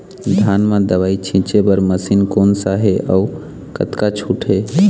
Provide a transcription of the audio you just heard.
धान म दवई छींचे बर मशीन कोन सा हे अउ कतका छूट हे?